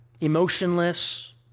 Emotionless